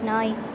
நாய்